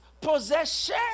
possession